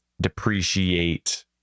Depreciate